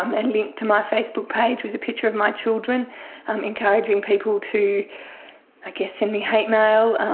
um and link to my facebook page with a picture of my children um encouraging people to i guess send me hate mail.